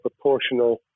proportional